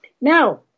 Now